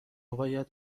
باید